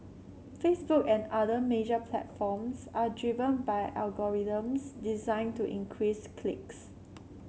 Facebook and other major platforms are driven by algorithms designed to increase clicks